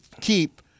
keep